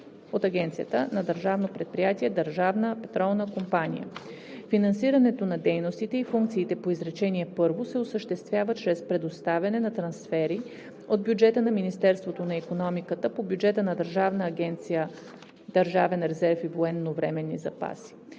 от агенцията на Държавно предприятие „Държавна петролна компания“. Финансирането на дейностите и функциите по изречение първо се осъществява чрез предоставяне на трансфери от бюджета на Министерството на икономиката по бюджета на Държавна агенция „Държавен резерв и военновременни запаси“.